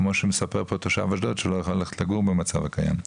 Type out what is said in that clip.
כמו שמספר פה תושב אשדוד שהוא לא יכול ללכת לגור במצב הקיים.